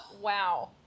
wow